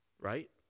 Right